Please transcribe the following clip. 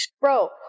Bro